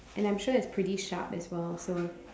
and I'm sure it's pretty sharp as well so